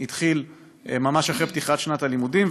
התחיל ממש אחרי פתיחת שנת הלימודים,